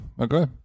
okay